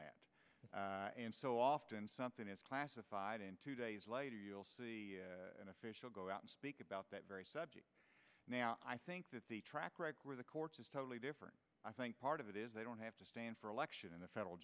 that and so often something is classified in two days later you'll see the official go out and speak about that very subject i think that the track record of the courts is totally different i think part of it is they don't have to stand for election in the federal